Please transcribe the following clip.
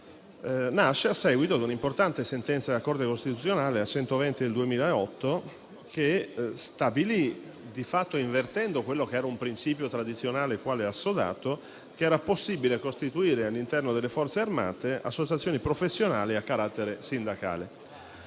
nasce a seguito di un'importante sentenza della Corte costituzionale, la n. 120 del 2018, che stabilì di fatto, invertendo un principio tradizionale assodato, che era possibile costituire all'interno delle Forze armate associazioni professionali a carattere sindacale.